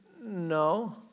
No